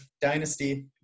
Dynasty